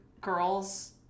girl's